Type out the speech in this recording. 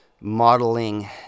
modeling